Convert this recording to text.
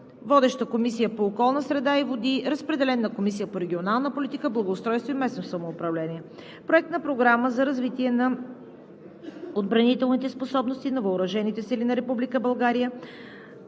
Водеща е Комисията по околната среда и водите. Разпределен е на Комисията по регионална политика, благоустройство и местно самоуправление. Проект на програма за развитие на отбранителните способности на въоръжените сили на Република